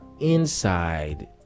inside